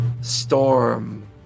Storm